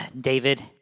David